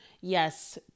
Yes